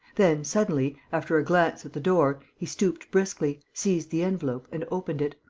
then, suddenly, after a glance at the door, he stooped briskly, seized the envelope and opened it.